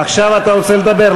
עכשיו אתה רוצה לדבר?